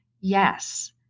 Yes